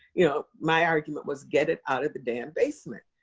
you know my argument was get it out of the damn basement.